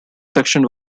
section